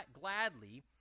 gladly